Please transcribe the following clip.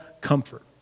comfort